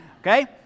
Okay